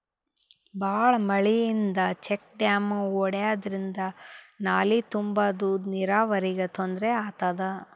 ಭಾಳ್ ಮಳಿಯಿಂದ check dam ಒಡ್ಯಾದ್ರಿಂದ ನಾಲಿ ತುಂಬಾದು ನೀರಾವರಿಗ್ ತೊಂದ್ರೆ ಆತದ